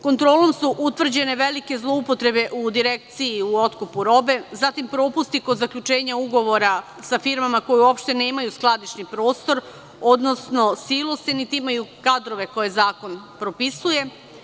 Kontrolom su utvrđene velike zloupotrebe u Direkciji u otkupu robe, zatim propusti kod zaključenja ugovora sa firmama koje uopšte nemaju skladišni prostor, odnosno silose, niti imaju kadrove koje zakon propisuje.